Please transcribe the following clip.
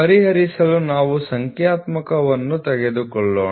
ಪರಿಹರಿಸಲು ನಾವು ಸಂಖ್ಯಾತ್ಮಕವನ್ನು ತೆಗೆದುಕೊಳ್ಳೋಣ